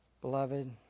Beloved